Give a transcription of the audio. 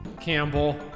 Campbell